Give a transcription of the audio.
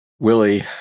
Willie